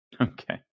Okay